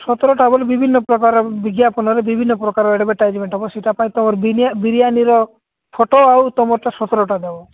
ସତରଟା ବୋଲିଲେ ବିଭିନ୍ନ ପ୍ରକାର ବିଜ୍ଞାପନରେ ବିଭିନ ପ୍ରକାର ଏଡଭରଟାଇଜମେଣ୍ଟ ହେବ ସେଟା ପାଇଁ ତୁମର ବିରିୟାନିର ଫଟୋ ଆଉ ତୁମର ତ ସତରଟା ଦେବ